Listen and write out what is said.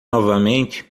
novamente